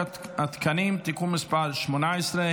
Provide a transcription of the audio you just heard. הנושא הבא על סדר-היום: הצעת חוק התקנים (תיקון מס' 18),